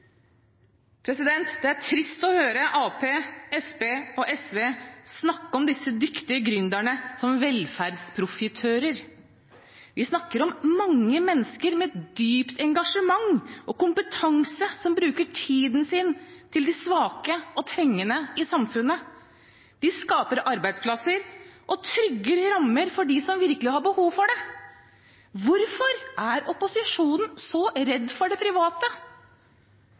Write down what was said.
Det er trist å høre Arbeiderpartiet, Senterpartiet og SV snakke om disse dyktige gründerne som «velferdsprofitører». Vi snakker om mange mennesker med dypt engasjement og kompetanse, som bruker tiden sin på de svake og trengende i samfunnet. De skaper arbeidsplasser og tryggere rammer for dem som virkelig har behov for det. Hvorfor er opposisjonen så redd for det private?